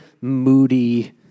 moody